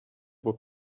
would